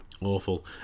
Awful